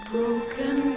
Broken